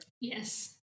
Yes